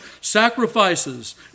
sacrifices